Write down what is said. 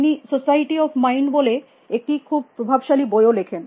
তিনি society of mind বলে একটি খুব প্রভাবশালী বইও লেখেন